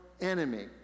enemy